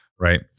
right